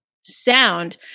sound